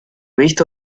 visto